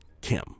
Kim